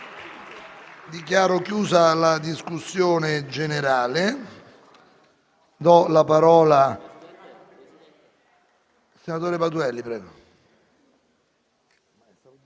Dichiaro chiusa la discussione generale.